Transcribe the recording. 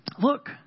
Look